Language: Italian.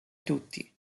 tutti